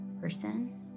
person